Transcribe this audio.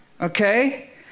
okay